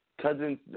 Cousins